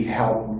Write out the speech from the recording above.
help